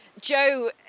Joe